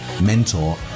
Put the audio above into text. mentor